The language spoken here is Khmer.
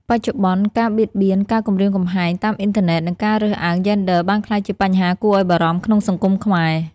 បច្ចុប្បន្ន ការបៀតបៀន ការគំរាមកំហែងតាមអ៊ីនធឺណិត និងការរើសអើងយេនឌ័របានក្លាយជាបញ្ហាគួរឱ្យបារម្ភក្នុងសង្គមខ្មែរ។